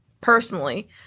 personally